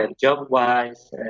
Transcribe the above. job-wise